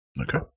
Okay